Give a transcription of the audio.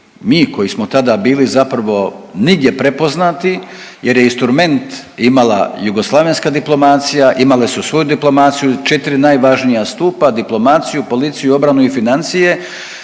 mi koji smo tada bili zapravo nigdje prepoznati jer je instrument imala jugoslavenska diplomacija, imale su svoju diplomaciju i 4 najvažnija stupa, diplomaciju, policiju, obranu i financije,